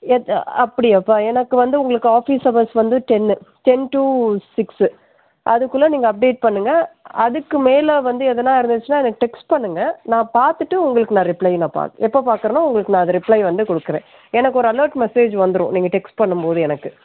அப்படியாப்பா எனக்கு வந்து உங்களுக்கு ஆஃபிஸ் அவர்ஸ் வந்து டென்னு டென் டூ சிக்ஸு அதுக்குள்ளே நீங்கள் அப்டேட் பண்ணுங்கள் அதற்கு மேலே வந்து எதனா இருந்துச்சுன்னா எனக்கு டெக்ஸ்ட் பண்ணுங்கள் நான் பார்த்துட்டு உங்களுக்கு நான் ரிப்ளை நான் எப்போ பார்க்குறனோ உங்களுக்கு நான் அதை ரிப்ளை வந்து கொடுக்குறேன் எனக்கு ஒரு அலெர்ட் மெஸேஜ் வந்துடும் நீங்கள் டெக்ஸ்ட் பண்ணும் போது எனக்கு